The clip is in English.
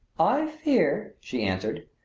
i fear, she answered,